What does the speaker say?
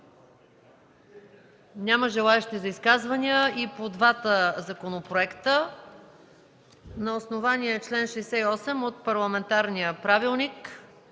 Няма желаещи за изказвания и по двата законопроекта. На основание чл. 68 от Парламентарния правилник,